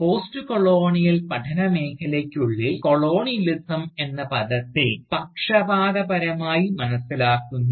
postcolonial പഠന മേഖലയ്ക്കുള്ളിൽ colonialism എന്ന പദത്തെ പക്ഷപാതപരമായി മനസ്സിലാക്കുന്നു